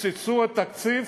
קיצצו בתקציב